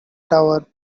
tower